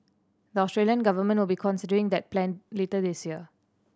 the Australian government will be considering that plan later this year